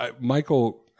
Michael